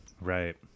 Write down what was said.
Right